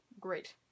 Great